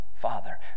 father